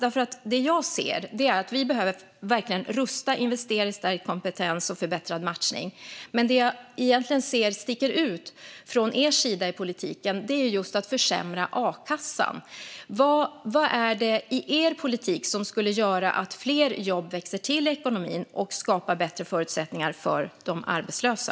Vad jag ser är att vi behöver rusta för och investera i stärkt kompetens och förbättrad matchning. Men det jag ser sticka ut i Moderaternas politik är en försämrad a-kassa. Vad är det i er politik som skulle göra att fler jobb växer till i ekonomin och skapar bättre förutsättningar för de arbetslösa?